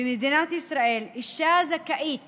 במדינת ישראל, אישה זכאית